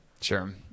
Sure